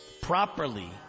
properly